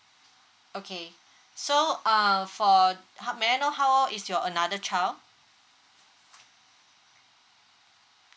okay so for uh how may I know how old is your another child